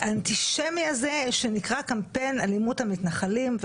הקמפיין האנטישמי הזה שנקרא קמפיין אלימות המתנחלים,